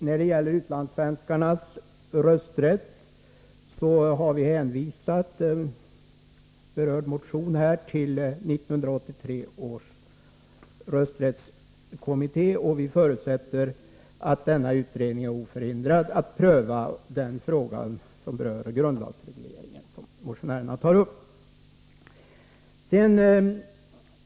I fråga om utlandssvenskarnas rösträtt har vi hänvisat berörd motion till 1983 års rösträttskommitté, och vi förutsätter att denna utredning är oförhindrad att pröva den fråga angående grundlagsregleringen som motionärerna tar upp.